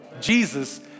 Jesus